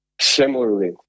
similarly